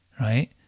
right